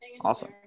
Awesome